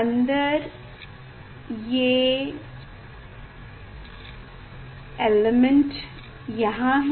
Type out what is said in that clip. अंदर ये एलेमेंट यहाँ है